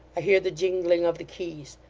i hear the jingling of the keys.